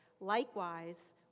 Likewise